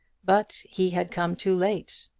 but he had come too late,